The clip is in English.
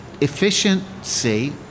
efficiency